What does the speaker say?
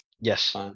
Yes